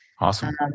Awesome